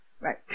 right